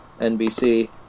NBC